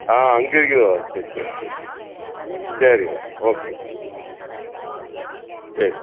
ஆ அங்கே இருக்குதோ சரி சரி சரிம்மா ஓகே சரி